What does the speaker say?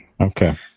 Okay